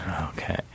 Okay